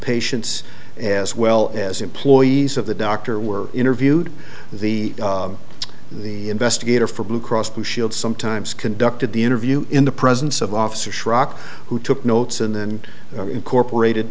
patients as well as employees of the doctor were interviewed the the investigator for blue cross blue shield sometimes conducted the interview in the presence of officer schrock who took notes and then incorporated